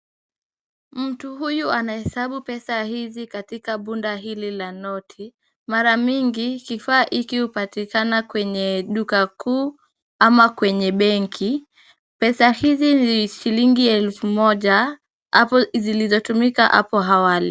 Mtu huyu anahesabu pesa hizi katika bunda hili la noti. Mara mingi kifaa hiki hupatikana kwenye duka kuu ama kwenye benki. Pesa hizi ni shilingi elfu moja zilizotumika hapo awali.